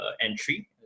entry